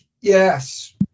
yes